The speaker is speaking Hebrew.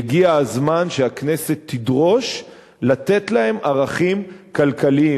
שהגיע הזמן שהכנסת תדרוש לתת להם ערכים כלכליים.